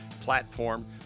platform